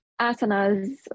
asanas